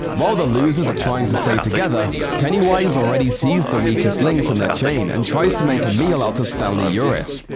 while the losers are trying to stay together, pennywise already sees the weakest links in their chain and tries to make a meal out of stanley uris.